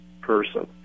person